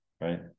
right